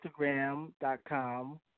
instagram.com